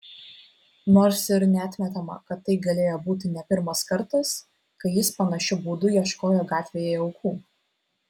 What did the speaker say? nors ir neatmetama kad tai galėjo būti ne pirmas kartas kai jis panašiu būdu ieškojo gatvėje aukų